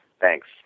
Thanks